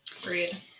agreed